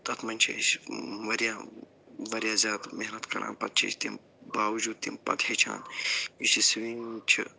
تتھ منٛز چھِ أسۍ وارِیاہ وارِیاہ زیادٕ محنت کَران پتہٕ چھِ أسۍ تَمہِ باوجوٗد تہِ تَمہِ پتہٕ ہیٚچھان یُس یہِ سُوِمِنٛگ چھِ